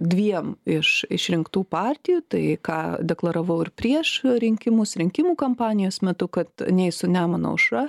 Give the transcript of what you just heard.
dviem iš išrinktų partijų tai ką deklaravau ir prieš rinkimus rinkimų kampanijos metu kad nei su nemuno aušra